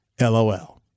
LOL